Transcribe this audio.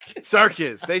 Circus